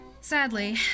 Sadly